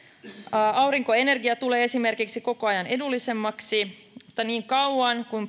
aurinkoenergia tulee esimerkiksi koko ajan edullisemmaksi mutta niin kauan kuin